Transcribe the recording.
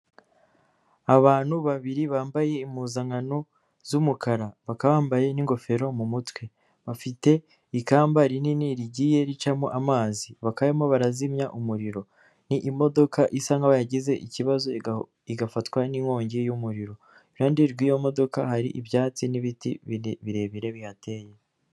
Abantu babiri bambaye impuzankano z'umukara, bakaba bambaye n'ingofero mu mutwe, bafite ikamba rinini rigiye ricamo amazi, bakaba barimo barazimya umuriro, ni imodoka isa nk'aho yagize ikibazo igafatwa n'inkongi y'umuriro, iruhande rw'iyo modoka hari ibyatsi n'ibiti birebire bihateye.